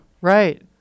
right